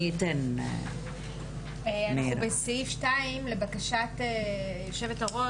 אנחנו בסעיף 2 לבקשת היו"ר,